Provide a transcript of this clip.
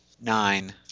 nine